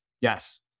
Yes